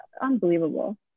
Unbelievable